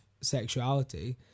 sexuality